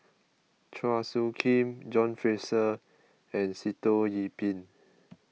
Chua Soo Khim John Fraser and Sitoh Yih Pin